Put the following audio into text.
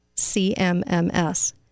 CMMS